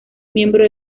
miembro